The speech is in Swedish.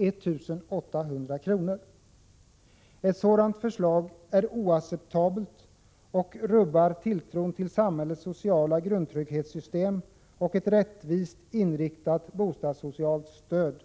Ett sådant förslag är oacceptabelt och rubbar tilltron till samhällets sociala grundtrygghetssystem och ett rättvist inriktat bostadssocialt stöd.